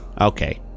okay